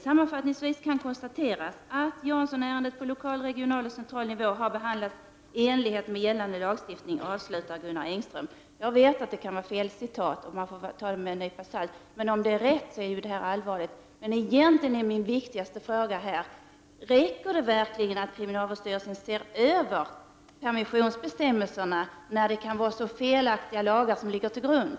Sammanfattningsvis kan alltså konstateras att Janssonärendet på lokal, regional och central nivå har behandlats i enlighet med gällande lagstiftning, enligt Engström. Jag vet att uttalandet kan vara felciterat och att man får ta det med en nypa salt. Men om detta är rätt citerat är det allvarligt. Egentligen är min viktigaste fråga om det räcker med att kriminalvårdsstyrelsen ser över permissionsbestämmelserna, när det kan vara så felaktiga lagar som ligger till grund.